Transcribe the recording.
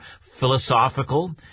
philosophical